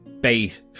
bait